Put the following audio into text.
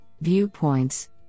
viewpoints